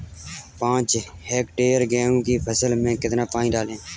पाँच हेक्टेयर गेहूँ की फसल में कितना पानी डालें?